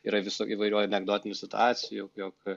yra visų įvairių anekdotinių situacijų jog jog